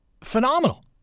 phenomenal